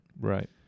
Right